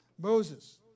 Moses